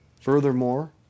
Furthermore